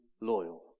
loyal